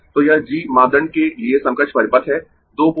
तो यह g मापदंड के लिए समकक्ष परिपथ है दो पोर्ट